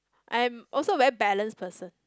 I am also very balance person